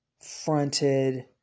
Fronted